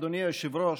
אדוני היושב-ראש,